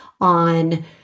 on